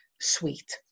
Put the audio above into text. suite